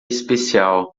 especial